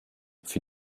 für